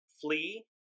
flee